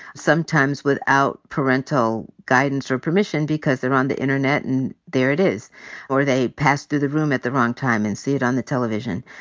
sometimes without parental guidance or permission, because they're on the internet and there it is or they pass through the room at the wrong time and see it on the television.